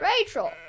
Rachel